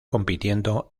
compitiendo